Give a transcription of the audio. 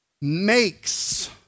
makes